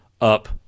up